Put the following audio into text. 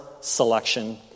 selection